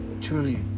truly